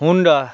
Honda